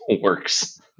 Works